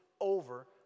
over